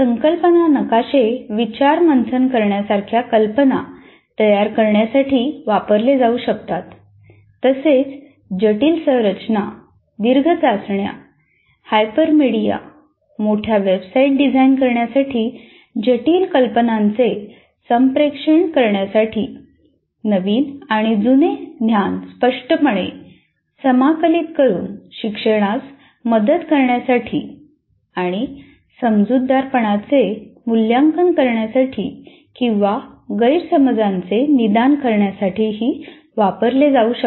संकल्पना नकाशे विचारमंथन करण्यासारख्या कल्पना तयार करण्यासाठी वापरले जाऊ शकतात तसेच जटिल संरचना दीर्घ चाचण्या हायपरमेडिया मोठ्या वेबसाइट्स डिझाइन करण्यासाठी जटिल कल्पनांचे संप्रेषण करण्यासाठी नवीन आणि जुने ज्ञान स्पष्टपणे समाकलित करून शिक्षणास मदत करण्यासाठी आणि समजूतदारपणाचे मूल्यांकन करण्यासाठी किंवा गैरसमजांचे निदान करण्यासाठीही वापरले जाऊ शकतात